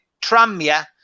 Tramia